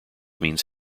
means